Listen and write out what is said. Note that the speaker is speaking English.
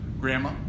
Grandma